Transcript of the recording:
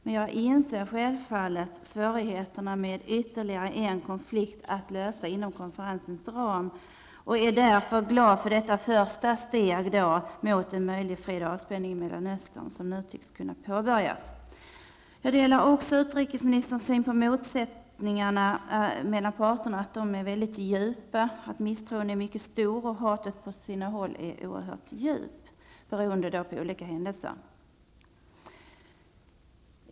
Men jag inser självfallet svårigheterna med ytterligare en konflikt att lösa inom konferensens ram och är därför glad för detta första steg i det arbete mot en möjlig fred och avspänning i Mellanöstern som nu tycks kunna påbörjas. Jag delar också utrikesministerns uppfattning om att motsättningarna mellan parterna är väldigt djupa. Misstron är mycket stor. Hatet är på sina håll oerhört djupt, beroende på olika händelser.